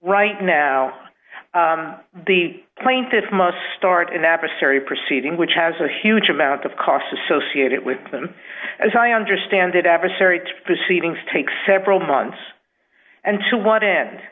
right now the plaintiffs must start an adversary proceeding which has a huge amount of costs associated with them as i understand it adversary proceedings take several months and to what end